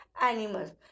animals